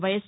YS